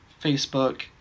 Facebook